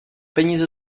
peníze